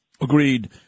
agreed